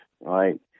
right